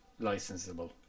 licensable